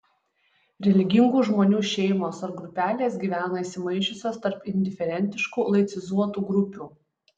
religingų žmonių šeimos ar grupelės gyvena įsimaišiusios tarp indiferentiškų laicizuotų grupių